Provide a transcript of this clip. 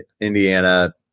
Indiana